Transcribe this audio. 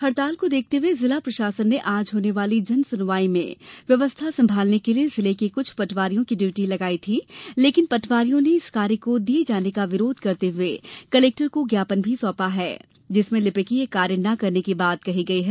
हड़ताल को देखते हुए जिला प्रशासन ने आज होने वाली जनसुनवाई में व्यवस्था संभालने के लिए जिले के कुछ पटवारियों की ड्यूटी लगाई गई थी लेकिन पटवारियों ने इस कार्य को दिए जाने का विरोध दर्ज कराते हुए कलेक्टर को ज्ञापन भी दिया है जिसमें लिपिकीय कार्य ना करने की बात कही गई है